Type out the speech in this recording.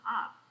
up